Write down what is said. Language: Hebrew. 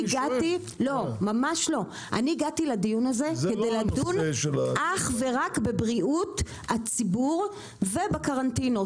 אני הגעתי לדיון הזה כדי לדון אך ורק בבריאות הציבור ובקרנטינות,